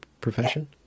profession